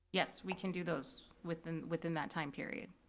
yes, we can do those within within that time period.